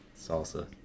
salsa